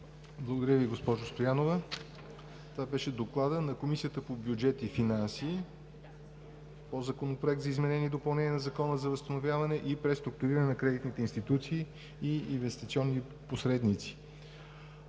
Благодаря Ви, госпожо Стоянова. Това беше Докладът на Комисията по бюджет и финанси по Законопроекта за изменение и допълнение на Закона за възстановяване и преструктуриране на кредитни институции и инвестиционни посредници.